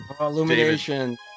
Illumination